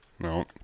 no